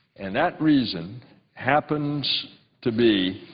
and that reason happens to be